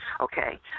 okay